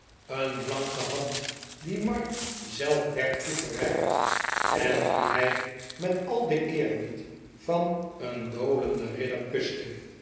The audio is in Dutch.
een blanke hand die mark zelf werd toegereikt en die hij met al den eerbied van een dolenden ridder kuste